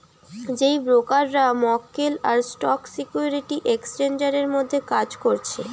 যেই ব্রোকাররা মক্কেল আর স্টক সিকিউরিটি এক্সচেঞ্জের মধ্যে কাজ করছে